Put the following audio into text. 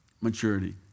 maturity